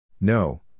No